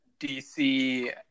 DC